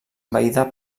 envaïda